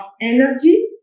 energy